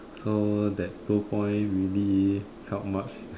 so that two point really help much